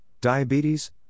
diabetes